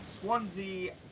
Swansea